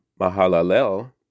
Mahalalel